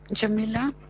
jamila.